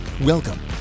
welcome